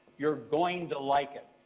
you're going to like it.